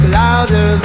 louder